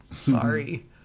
sorry